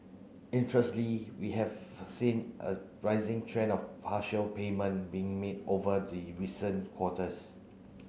we have seen a rising trend of partial payment being made over the recent quarters